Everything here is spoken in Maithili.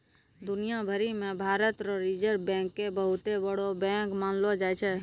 दुनिया भरी मे भारत रो रिजर्ब बैंक के बहुते बड़ो बैंक मानलो जाय छै